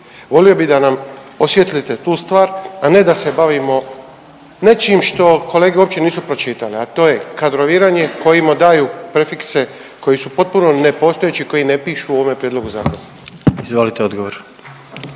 Volio bi da nam osvijetlite tu stvar, a ne da se bavimo nečim što kolege uopće nisu pročitale, a to je kadroviranje kojima daju prefikse koji su potpuno nepostojeći koji ne pišu u ovome prijedlogu zakona. **Jandroković,